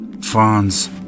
Franz